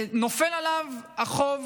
נופל עליו החוב